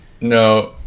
No